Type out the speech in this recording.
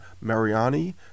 Mariani